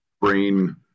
brain